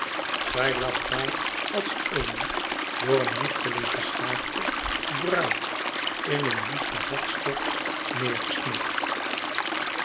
zij lag daar als eene door een woesteling geschaakte bruid in een woesten hartstocht neergesmakt